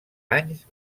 anys